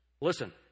Listen